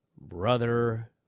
brother